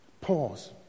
Pause